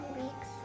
weeks